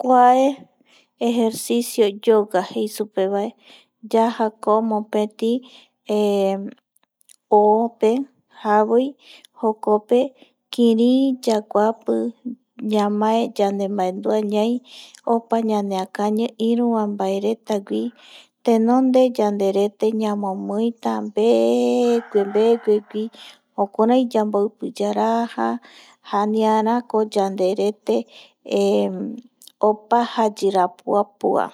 Kuae ejercicio yoga jei supevae yajako mopeti ope javoi jokope kirii yaguapi ñamae yandembaendua ñai opa ñaneakañi iru mbae retagui, tenonde yanderete ñamomiita mbegua mbgueperupi jukurai yamboipi yaraja janiarako yanderete opa jayirapuapua